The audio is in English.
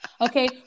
okay